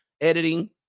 editing